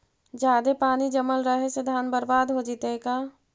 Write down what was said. जादे पानी जमल रहे से धान बर्बाद हो जितै का?